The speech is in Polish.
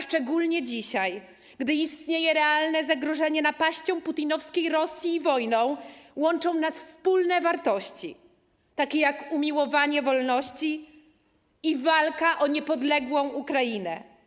Szczególnie dzisiaj, gdy istnieje realne zagrożenie napaścią putinowskiej Rosji i wojną, łączą nas wspólne wartości, takie jak umiłowanie wolności i walka o niepodległą Ukrainę.